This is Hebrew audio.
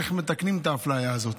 איך מתקנים את האפליה הזאת.